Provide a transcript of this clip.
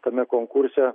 tame konkurse